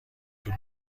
طول